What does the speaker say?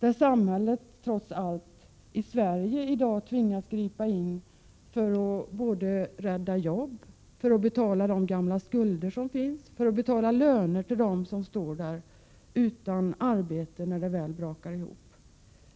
I Sverige tvingas samhället i dag trots allt att gripa in för att rädda jobb, för att lösa in skulder och för att betala löner till dem som står utan arbete när det brakar ihop.